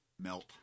Melt